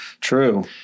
True